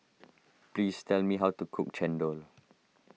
please tell me how to cook Chendol